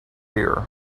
ear